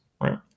right